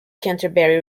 canterbury